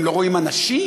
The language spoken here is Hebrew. הם לא רואים אנשים,